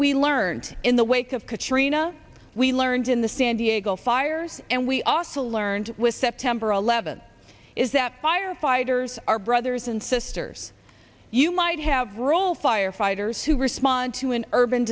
we learned in the wake of katrina we learned in the san diego fire and we also learned with september eleventh is that firefighters are brothers and sisters you might have role firefighters who respond to an urban